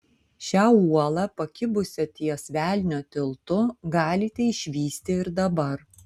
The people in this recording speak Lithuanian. šią uolą pakibusią ties velnio tiltu galite išvysti ir dabar